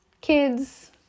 kids